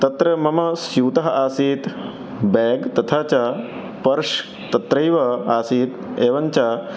तत्र मम स्यूतः आसीत् ब्याग् तथा च पर्श् तत्रैव आसीत् एवं च